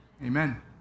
Amen